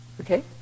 Okay